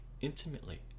intimately